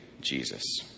Jesus